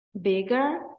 bigger